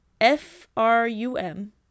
F-R-U-M